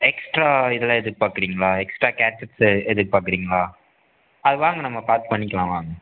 extra இதெல்லாம் எதிர்பார்க்குறீங்களா extra எதிர்பார்க்குறீங்களா அது வாங்க நம்ம பார்த்து பண்ணிக்கலாம் வாங்க